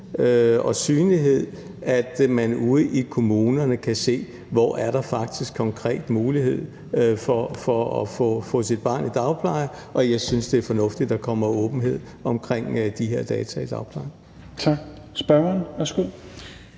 og synlighed, at man ude i kommunerne kan se, hvor der faktisk konkret er mulighed for at få sit barn i dagpleje, og jeg synes, det er fornuftigt, at der kommer åbenhed omkring de her data i dagplejen. Kl. 13:17 Tredje